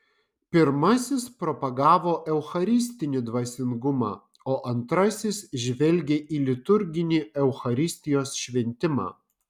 pirmasis propagavo eucharistinį dvasingumą o antrasis žvelgė į liturginį eucharistijos šventimą